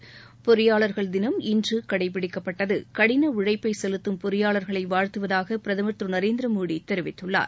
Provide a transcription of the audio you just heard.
ந பொறியாளர்கள் தினம் இன்று கடைபிடிக்கப்பட்டதுகடின உழைப்பை செலுத்தம் பொறியாளர்களை வாழ்த்துவதாக பிரதமர் திரு நரேந்திர மோடி தெரிவித்துள்ளார்